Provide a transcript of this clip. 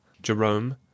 jerome